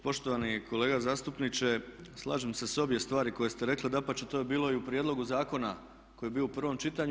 Poštovani kolega zastupniče slažem se s obje stvari koje ste rekli, dapače, to je bilo i u prijedlogu zakona koji je bio u prvom čitanju.